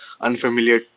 unfamiliar